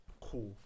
cool